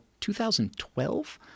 2012